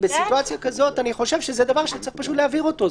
בסיטואציה כזאת אני חושב שזה דבר שצריך להבהיר אותו,